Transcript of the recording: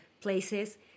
places